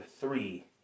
three